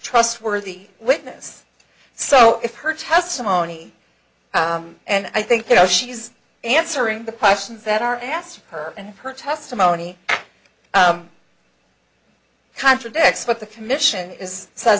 trustworthy witness so if her testimony and i think you know she's answering the questions that are asked of her and her testimony contradicts what the commission is s